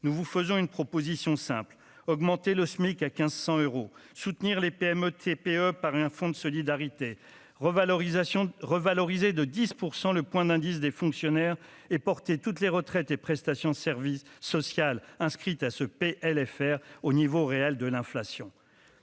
nous vous faisons une proposition simple : augmenter le SMIC à 1500 euros, soutenir les PME, TPE par un fonds de solidarité revalorisation revalorisé de 10 pour 100 le point d'indice des fonctionnaires et porter toutes les retraites et prestations service social inscrite à ce PLFR au niveau réel de l'inflation,